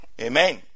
amen